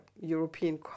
European